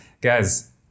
guys